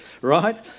right